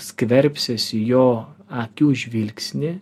skverbsis į jo akių žvilgsnį